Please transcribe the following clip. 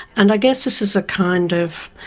and i guess this is a kind of.